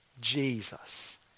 Jesus